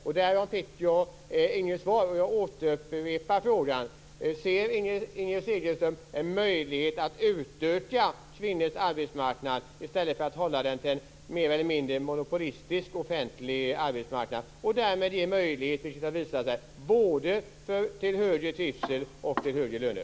Jag fick inget svar, så jag upprepar frågan: Ser Inger Segelström en möjlighet att utöka kvinnors arbetsmarknad, i stället för att hålla den till en mer eller mindre monopolistisk offentlig arbetsmarknad, och därmed ge möjlighet till både bättre trivsel och högre löner?